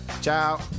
Ciao